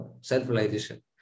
self-realization